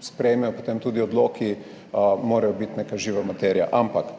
sprejmejo, potem tudi odloki morajo biti neka živa materija. Ampak